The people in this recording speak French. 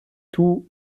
tout